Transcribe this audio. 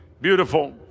beautiful